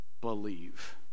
believe